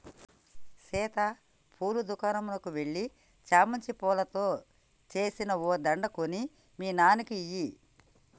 సీత పూల దుకనంకు ఎల్లి చామంతి పూలతో సేసిన ఓ దండ కొని మీ నాన్నకి ఇయ్యి